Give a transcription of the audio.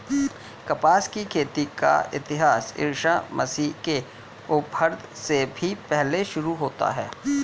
कपास की खेती का इतिहास ईसा मसीह के उद्भव से भी पहले शुरू होता है